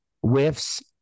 whiffs